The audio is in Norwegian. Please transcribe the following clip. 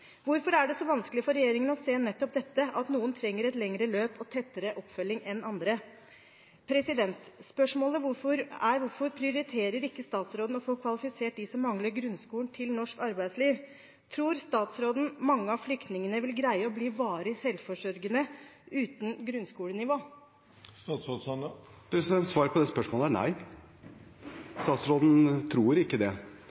Hvorfor er det så vanskelig for regjeringen å se nettopp dette, at noen trenger et lengre løp og tettere oppfølging enn andre? Spørsmålet er: Hvorfor prioriterer ikke statsråden å få kvalifisert dem som mangler grunnskolen, til norsk arbeidsliv? Tror statsråden mange av flyktningene vil greie å bli varig selvforsørgende uten grunnskolenivå? Svaret på det spørsmålet er